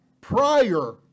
prior